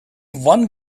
one